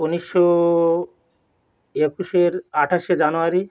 উনিশশো একুশের আঠাশে জানুয়ারি